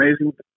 amazing